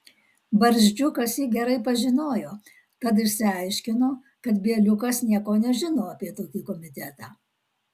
barzdžiukas jį gerai pažinojo tad išsiaiškino kad bieliukas nieko nežino apie tokį komitetą